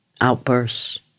outbursts